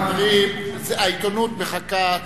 חברים, העיתונות מחכה.